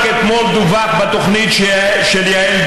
חבר הכנסת יהודה